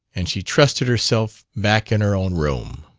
and she trusted herself back in her own room.